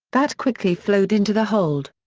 that quickly flowed into the hold.